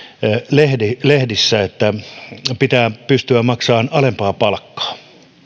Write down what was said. lehdissä lehdissä että pitää pystyä maksamaan alempaa palkkaa